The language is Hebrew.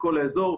מכל האזור,